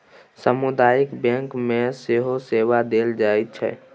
सामुदायिक बैंक मे सेहो सेवा देल जाइत छै